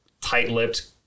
tight-lipped